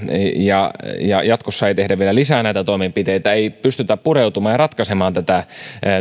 ja jos jatkossa ei tehdä vielä lisää toimenpiteitä ei pystytä pureutumaan ja ratkaisemaan